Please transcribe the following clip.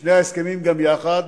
בשני ההסכמים גם יחד,